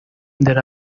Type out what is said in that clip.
there